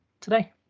today